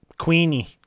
Queenie